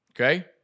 Okay